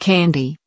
Candy